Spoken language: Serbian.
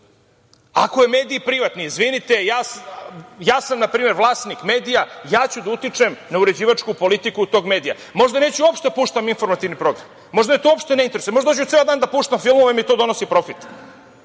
Ako je medij privatni, izvinite, na prime, vlasnik sam medija, uticaću na uređivačku politiku tog medija. Možda neću uopšte da puštam informativni program, možda me to uopšte ne interesuje, možda ću ceo dan da puštam filmove jer, mi to donosi